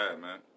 man